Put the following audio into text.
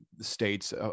states